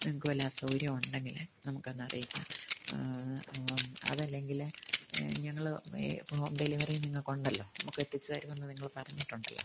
നിങ്ങൾക്ക് വല്ല അസൗകര്യം ഉണ്ടെങ്കിൽ നമുക്ക് ഒന്ന് അറിയിക്കാം അതല്ലെങ്കിൽ ഞങ്ങൾ ഹോം ഡെലിവറി നിങ്ങൾക്ക് ഉണ്ടല്ലോ നമുക്ക് എത്തിച്ച് തരുമെന്ന് നിങ്ങൾ പറഞ്ഞിട്ടുണ്ടല്ലോ